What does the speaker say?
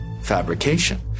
fabrication